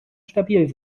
stabil